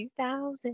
2000